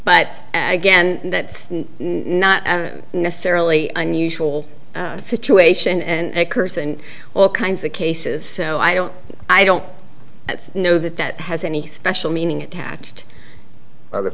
but again that's not necessarily an unusual situation and curse and all kinds of cases i don't i don't know that that has any special meaning attached